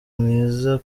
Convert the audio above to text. mwiza